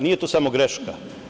Nije to samo greška.